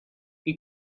you